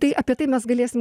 tai apie tai mes galėsim